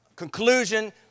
Conclusion